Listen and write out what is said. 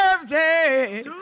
birthday